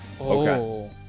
Okay